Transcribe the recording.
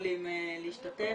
יכולים להשתתף,